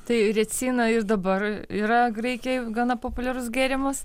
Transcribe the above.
tai ricina ir dabar yra graikijoj gana populiarus gėrimas